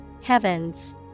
Heavens